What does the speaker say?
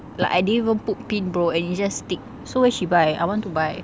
like I didn't even put pin bro and it just stick so where she buy I want to buy